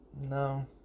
no